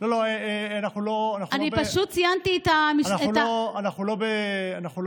אני פשוט ציינתי את, לא, לא, אנחנו לא בפינג-פונג.